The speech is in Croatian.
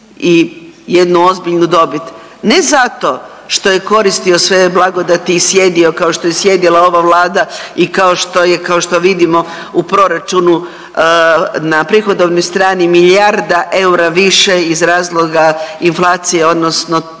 i jednu ozbiljnu dobit ne zato što je koristio sve blagodati i sjedio kao što je sjedila ova Vlada i kao što je, kao što vidimo u proračunu na prihodovnoj strani milijarda eura više iz razloga inflacije odnosno